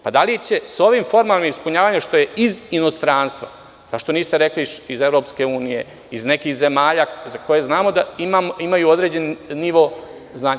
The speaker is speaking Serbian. Pa, da li će sa ovim formalnim ispunjavanjem što je iz inostranstva, pa što niste rekli iz EU, iz nekih zemalja za koje znamo da imaju određen nivo znanja.